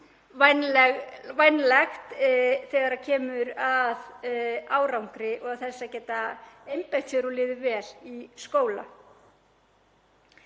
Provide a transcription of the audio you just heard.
vænlegt þegar kemur að árangri og þess að geta einbeitt sér og liðið vel í skóla.